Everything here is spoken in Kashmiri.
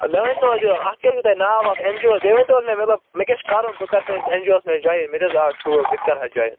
مےٚ ؤنۍتو حظ یہِ اَتھ کیٛاہ چھُ تۄہہِ ناو اَتھ اٮ۪ن جی او ہَس بیٚیہِ ؤنۍتو حظ مےٚ مطلب مےٚ کیٛاہ چھُ کَرُن بہٕ کَرٕ تُہٕنٛدِس اٮ۪ن جی او ہَس منٛز جوایِن مےٚ تہِ حظ آو شوق بہٕ تہِ کَرٕ ہا جوایِن